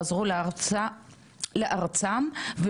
ולא משכו את כספי הפיקדון שלהם,